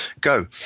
go